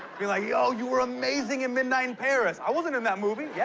be like, yo, you were amazing in midnight in paris. i wasn't in that movie. yeah